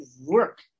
work